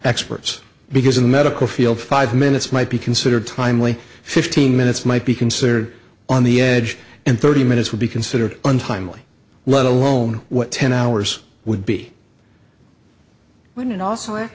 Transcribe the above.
experts because in the medical field five minutes might be considered timely fifteen minutes might be considered on the edge and thirty minutes would be considered untimely let alone what ten hours would be when an